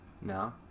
No